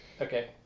Okay